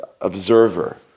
observer